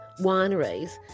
wineries